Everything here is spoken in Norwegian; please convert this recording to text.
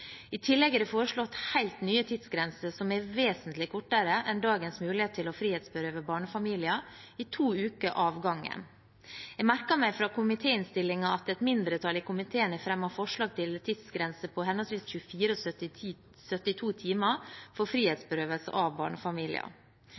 I tillegg er det foreslått helt nye tidsgrenser, som er vesentlig kortere enn dagens muligheter til frihetsberøvelse for barnefamilier i to uker av gangen. Jeg merker meg fra komitéinnstillingen at et mindretall i komiteen har fremmet forslag om en tidsgrense på henholdsvis 24 og 72 timer for